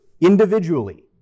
individually